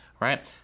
Right